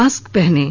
mask पहनें